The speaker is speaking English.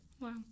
Wow